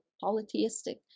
polytheistic